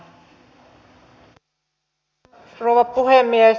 arvoisa rouva puhemies